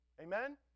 Amen